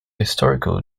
historical